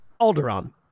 Alderaan